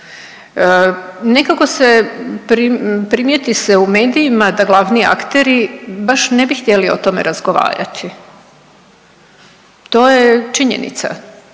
Nekako se primijeti se u medijima da glavni akteri baš ne bi htjeli o tome razgovarati, to je činjenica.